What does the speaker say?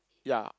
ya